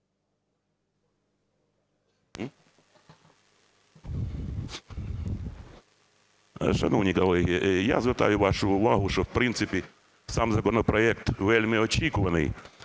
Шановні колеги, я звертаю вашу увагу, що, в принципі, сам законопроект вельми очікуваний,